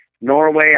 Norway